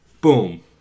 Boom